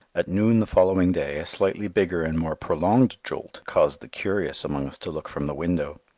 at noon the following day a slightly bigger and more prolonged jolt caused the curious among us to look from the window.